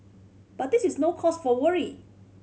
but this is no cause for worry